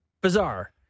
bizarre